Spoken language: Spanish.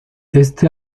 este